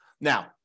Now